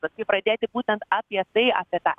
vat kaip pradėti būtent apie tai apie tą